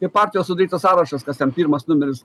ir partijos sudarytas sąrašas kas ten pirmas numeris